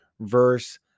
Verse